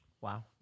Wow